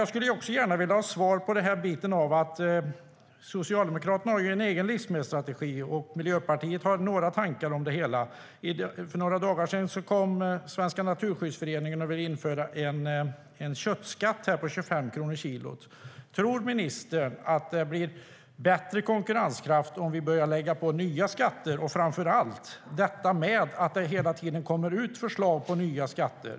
Jag skulle också gärna vilja ha en kommentar om att Socialdemokraterna har en egen livsmedelsstrategi och att Miljöpartiet har några tankar om det hela, fru talman. För några dagar sedan kom Naturskyddsföreningen och ville införa en köttskatt på 25 kronor per kilo. Tror ministern att det blir bättre konkurrenskraft om vi börjar lägga på nya skatter? Framför allt handlar det om att det hela tiden kommer ut förslag på nya skatter.